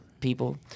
people